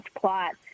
plot